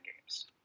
games